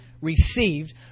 received